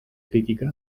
crítica